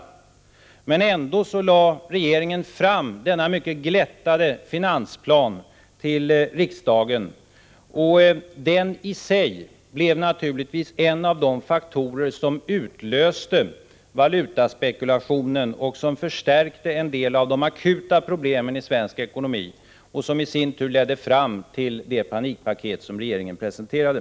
Men regeringen lade ändå fram denna mycket glättade finansplan till riksdagen. Denna finansplan blev naturligtvis i sig en av de faktorer som utlöste valutaspekulationen och som förvärrade en del av de akuta problemen i svensk ekonomi, vilka i sin tur ledde fram till det panikpaket som regeringen presenterade.